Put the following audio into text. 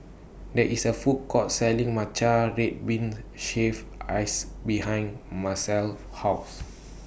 There IS A Food Court Selling Matcha Red Bean Shaved Ice behind Marcel's House